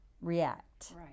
react